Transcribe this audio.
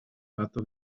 pato